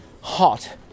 hot